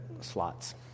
slots